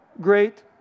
great